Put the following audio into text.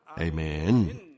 Amen